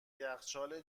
یخچال